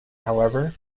however